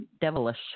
Devilish